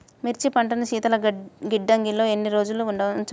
మిర్చి పంటను శీతల గిడ్డంగిలో ఎన్ని రోజులు ఉంచవచ్చు?